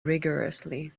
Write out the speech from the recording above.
rigourously